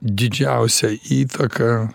didžiausią įtaką